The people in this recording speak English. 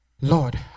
Lord